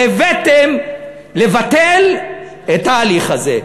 הבאתם לביטול ההליך הזה.